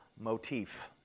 motif